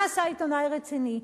מה עשה עיתונאי רציני?